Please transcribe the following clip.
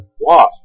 lost